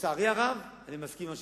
לצערי הרב, אני מסכים עם מה